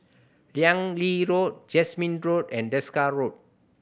Keng Lee Road Jasmine Road and Desker Road